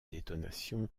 détonation